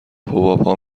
حبابها